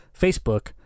Facebook